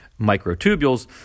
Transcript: microtubules